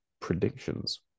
predictions